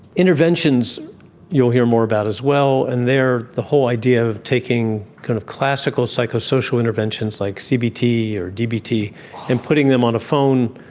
interventions you'll hear more about as well, and they are the whole idea of taking kind of classical psychosocial interventions like cbt or dbt and putting them on a phone,